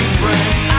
friends